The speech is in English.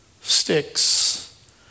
Sticks